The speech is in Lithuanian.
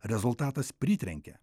rezultatas pritrenkė